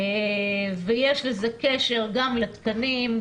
יש לזה קשר גם לתקנים,